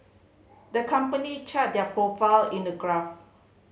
the company charted their profile in a graph